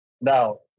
Now